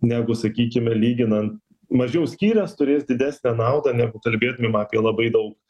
negu sakykime lyginan mažiau skyręs turės didesnę naudą negu kalbėtumėm apie labai daug